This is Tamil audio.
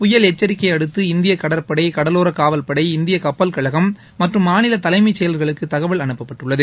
புயல் எச்சரிக்கையையடுத்து இந்திய கடற்படை கடலோர காவல்படை இந்திய கப்பல் கழகம் மற்றும் மாநில தலைமைச்செயலர்களுக்கு தகவல் அனுப்பப்பட்டுள்ளது